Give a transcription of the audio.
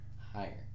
higher